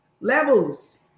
Levels